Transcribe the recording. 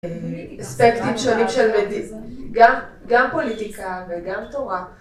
אספקטים שונים של מדינה, גם פוליטיקה וגם תורה.